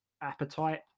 appetite